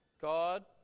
God